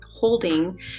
holding